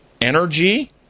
energy